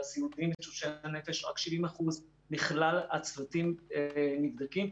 בסיעודיים תשושי הנפש רק 70% מכלל הצוותים נבדקים.